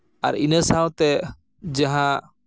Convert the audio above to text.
ᱟᱨ ᱤᱱᱟᱹ ᱥᱟᱶᱛᱮ ᱡᱟᱦᱟᱸ